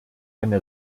eine